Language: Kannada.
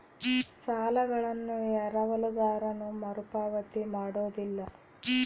ಸಾಲಗಳನ್ನು ಎರವಲುಗಾರನು ಮರುಪಾವತಿ ಮಾಡೋದಿಲ್ಲ